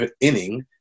inning